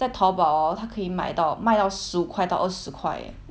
在 Taobao orh 它可以买到卖到十五块到二十块 eh